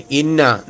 inna